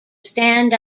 stand